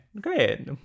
Great